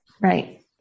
right